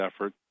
effort